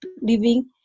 living